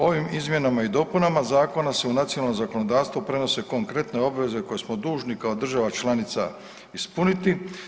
Ovim izmjenama i dopunama zakona se u nacionalno zakonodavstvo prenose konkretne obveze koje smo dužni kao država članica ispuniti.